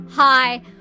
Hi